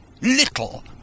Little